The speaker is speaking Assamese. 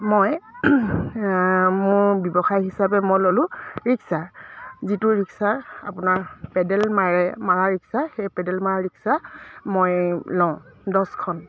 মই মোৰ ব্যৱসায় হিচাপে মই ল'লোঁ ৰিক্সা যিটো ৰিক্সাৰ আপোনাৰ পেডেল মাৰে মাৰা ৰিক্সা সেই পেডেল মাৰা ৰিক্সা মই লওঁ দহখন